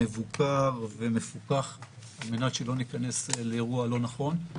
מבוקר ומפוקח על מנת שלא ניכנס לאירוע לא נכון.